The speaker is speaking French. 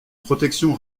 protection